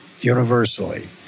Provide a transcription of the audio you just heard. universally